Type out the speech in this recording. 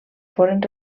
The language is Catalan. foren